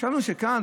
חשבנו שכאן,